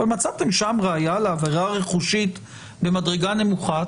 אבל מצאתם שם ראיה לעבירה רכושית במדרגה נמוכה,